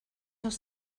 els